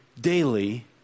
daily